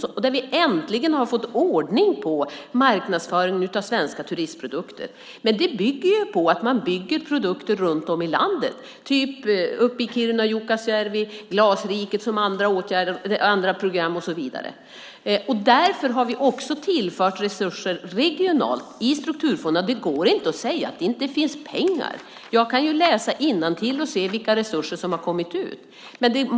Där har vi äntligen fått ordning på marknadsföringen av svenska turistprodukter. Det bygger dock på att man skapar produkter runt om i landet, till exempel i Kiruna och Jukkasjärvi, Glasriket, som har andra program, och så vidare. Därför har vi också tillfört resurser regionalt i strukturfonderna. Det går inte att säga att det inte finns pengar. Jag kan läsa innantill vilka resurser som har kommit ut.